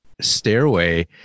stairway